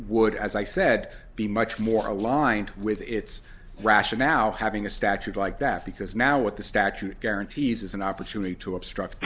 would as i said be much more aligned with its rationale having a statute like that because now what the statute guarantees is an opportunity to obstruct